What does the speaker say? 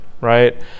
right